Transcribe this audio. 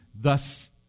thus